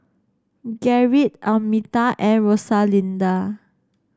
Gerrit Almeta and Rosalinda